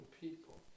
people